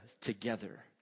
together